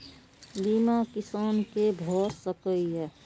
बीमा किसान कै भ सके ये?